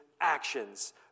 actions